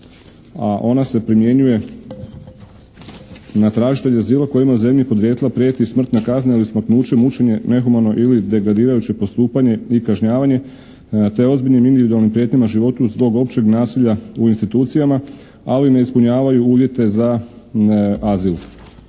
a ona se primjenjuje na tražitelje azila kojim u zemlji podrijetla prijeti smrtna kazna ili smaknuće, mučenje, nehumano ili degradirajuće postupanje i kažnjavanje te ozbiljnim individualnim prijetnjama životu …/Govornik se ne razumije./… općeg nasilja u institucijama ali ne ispunjavaju uvjete za azil.